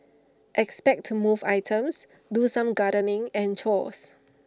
expect to move items do some gardening and chores